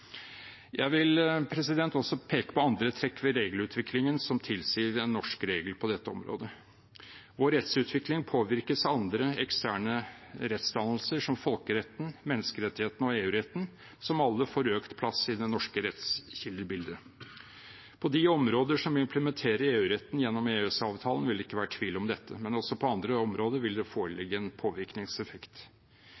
Jeg vil også peke på andre trekk ved regelutviklingen som tilsier en norsk regel på dette området. Vår rettsutvikling påvirkes av andre – eksterne – rettsdannelser, som folkeretten, menneskerettighetene og EU-retten, som alle får større plass i det norske rettskildebildet. På de områder som implementerer EU-retten gjennom EØS-avtalen, vil det ikke være tvil om dette, men også på andre områder vil det